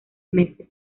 meses